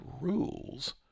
rules